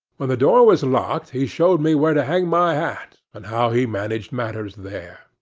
when the door was locked, he showed me where to hang my hat, and how he managed matters there.